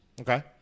Okay